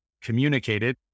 communicated